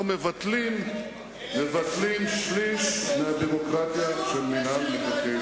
אנחנו מבטלים שליש, אין לזה שום קשר עם הרפורמה.